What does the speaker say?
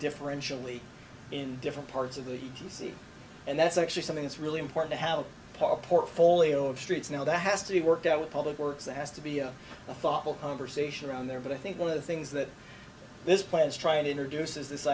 differentially in different parts of the agency and that's actually something that's really important to have a pop portfolio of streets now that has to be worked out with public works it has to be a thoughtful conversation around there but i think one of the things that this plan to try and introduce is this